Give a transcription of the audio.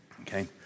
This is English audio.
Okay